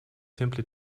simply